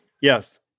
Yes